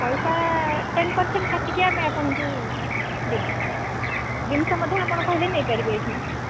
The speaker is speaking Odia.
ପଇସା ଟେନ୍ ପରସେଣ୍ଟ କାଟିକି ଆମେ ଆପଣଙ୍କୁ ଦେବୁ ଜିନିଷ ମଧ୍ୟ ଆପଣ କହିଲେ ନେଇପାରିବେ ଏହିଠୁ